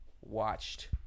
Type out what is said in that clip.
watched